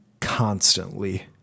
constantly